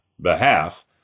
behalf